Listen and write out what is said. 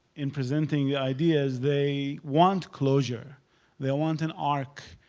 in presenting the ideas, they want closure they want an arc,